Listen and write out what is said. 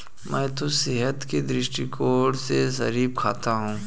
मैं तो सेहत के दृष्टिकोण से शरीफा खाता हूं